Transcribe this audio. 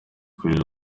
kuri